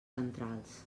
centrals